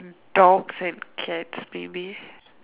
dogs and cats maybe